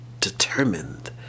determined